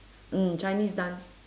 mm chinese dance